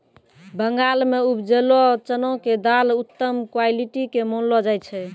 बंगाल मॅ उपजलो चना के दाल उत्तम क्वालिटी के मानलो जाय छै